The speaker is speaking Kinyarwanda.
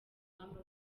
amaboko